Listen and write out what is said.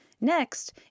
Next